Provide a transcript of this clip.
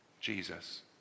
Jesus